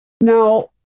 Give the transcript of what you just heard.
Now